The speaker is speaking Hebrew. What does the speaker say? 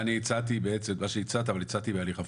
שרון, מה שהצעת אני הצעתי בהליך הפוך.